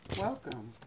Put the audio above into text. Welcome